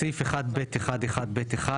בסעיף 1(ב1)(1)(ב)(1)